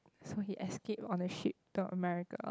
so he escaped on a ship to America